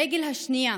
הרגל השנייה